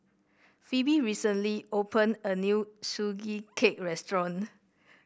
Pheobe recently opened a new Sugee Cake restaurant